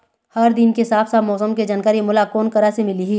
हर दिन के साफ साफ मौसम के जानकारी मोला कोन करा से मिलही?